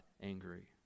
angry